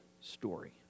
story